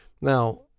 Now